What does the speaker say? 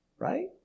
Right